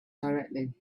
directly